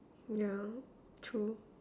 yeah true